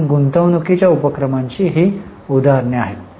म्हणून गुंतवणूकीच्या उपक्रमाची ही उदाहरणे आहेत